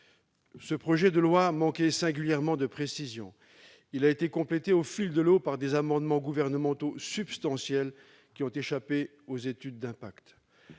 Le projet de loi initial manquait singulièrement de précision. Il a été complété au fil de l'eau par des amendements gouvernementaux substantiels qui ont échappé aux études d'impact.